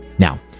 Now